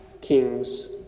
kings